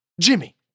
Jimmy